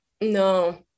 No